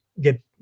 get